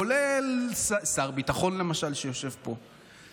כולל שר הביטחון, למשל, שיושב פה.